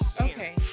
Okay